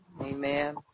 Amen